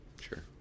sure